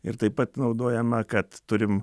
ir taip pat naudojama kad turim